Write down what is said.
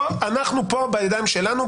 אנחנו פה בידיים שלנו,